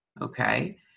okay